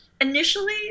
initially